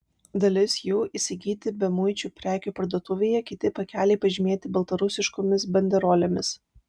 dalis jų įsigyti bemuičių prekių parduotuvėje kiti pakeliai pažymėti baltarusiškomis banderolėmis